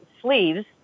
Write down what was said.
sleeves